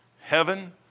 heaven